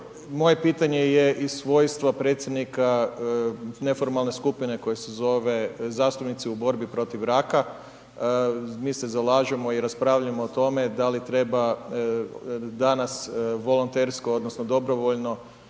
moje pitanje je iz svojstva predsjednika neformalne skupine koja se zove „Zastupnici u borbi protiv raka“, mi se zalažemo i raspravljamo o tome da li treba danas volontersko odnosno dobrovoljno